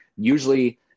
Usually